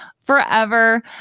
forever